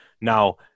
Now